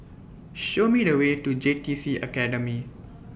Show Me The Way to J T C Academy